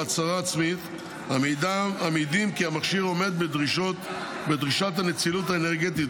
הצהרה עצמית המעידים כי המכשיר עומד בדרישת הנצילות האנרגטית.